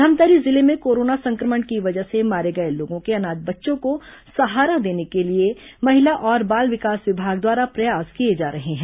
धमतरी जिले में कोरोना संक्रमण की वजह से मारे गए लोगों के अनाथ बच्चों को सहारा देने के लिए महिला और बाल विकास विभाग द्वारा प्रयास किए जा रहे हैं